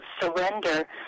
surrender